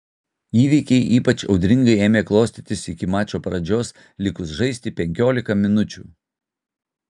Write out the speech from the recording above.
įvykiai ypač audringai ėmė klostytis iki mačo pradžios likus žaisti penkiolika minučių